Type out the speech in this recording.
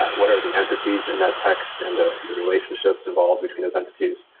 what are the entities in that text and the the relationships involved between those entities?